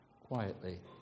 quietly